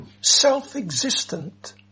self-existent